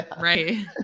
right